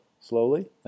slowly